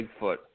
Bigfoot